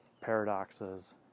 paradoxes